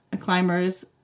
climbers